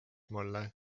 mulle